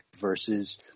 versus –